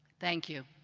thank you.